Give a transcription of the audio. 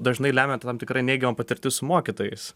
dažnai lemia tam tikra neigiama patirtis su mokytojais